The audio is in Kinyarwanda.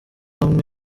hamwe